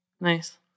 Nice